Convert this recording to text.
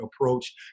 approach